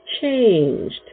changed